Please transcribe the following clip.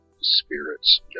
spirits